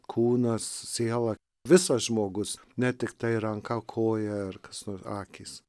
kūnas siela visas žmogus ne tiktai ranka koja ar kas nor akys